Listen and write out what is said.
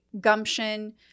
gumption